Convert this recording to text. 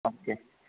okay